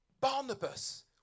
Barnabas